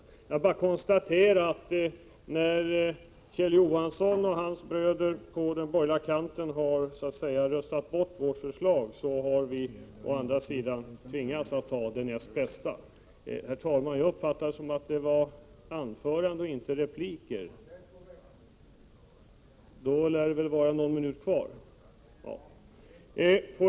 Jag vill i stället bara konstatera att när Kjell Johansson och hans bröder på den borgerliga sidan nu har röstat bort vårt förslag, har vi tvingats att stödja det näst bästa.